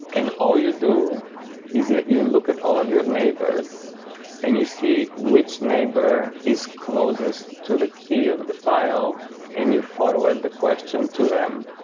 and all you do is that you look at all of your neighbors and you see which neighbor is closest to the key of the file and you forward the question to them.